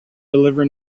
deliver